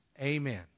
Amen